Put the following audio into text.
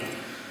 די, עבר הזמן.